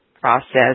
process